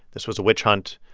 this was a witch hunt.